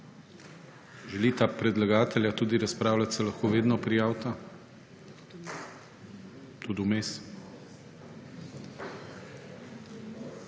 želita predlagatelja tudi razpravljati, se lahko vedno prijavita tudi vmes.